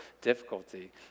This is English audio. difficulty